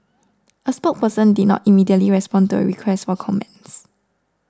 a spokesperson did not immediately respond to a request for comments